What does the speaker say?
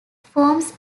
forms